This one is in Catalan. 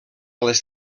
les